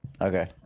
Okay